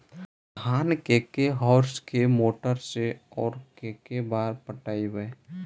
धान के के होंस के मोटर से औ के बार पटइबै?